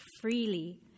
freely